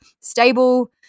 stable